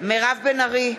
מירב בן ארי,